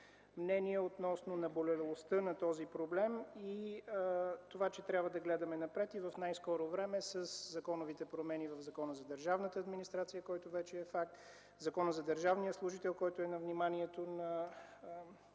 мнения относно наболялостта на този проблем и това, че трябва да гледаме напред и в най-скоро време със законовите промени в Закона за държавната администрация, който вече е факт, Закона за държавния служител, който е на вниманието на